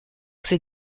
ces